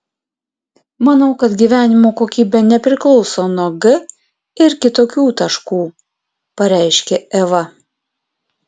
manau kad gyvenimo kokybė nepriklauso nuo g ir kitokių taškų pareiškė eva